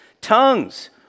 Tongues